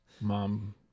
mom